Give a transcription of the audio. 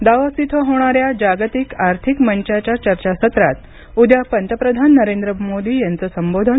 Davos इथं होणाऱ्या जागतिक आर्थिक मंचाच्या चर्चासत्रात उद्या पंतप्रधान नरेंद्र मोदी यांचं संबोधन